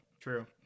True